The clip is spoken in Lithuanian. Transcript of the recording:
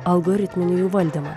algoritminį jų valdymą